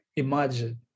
Imagine